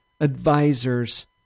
advisors